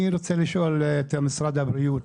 אני רוצה לשאול את משרד הבריאות